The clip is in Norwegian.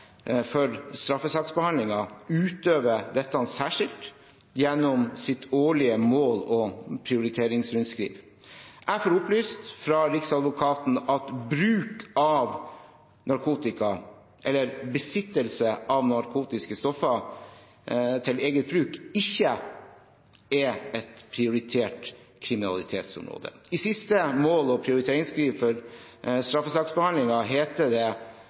for straffesaksbehandlingen, utøver dette særskilt gjennom sitt årlige mål- og prioriteringsrundskriv. Jeg får opplyst fra Riksadvokaten at besittelse av narkotisk stoff til eget bruk ikke er et prioritert kriminalitetsområde. I siste mål- og prioriteringsrundskriv for straffesaksbehandlingen heter det